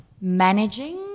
managing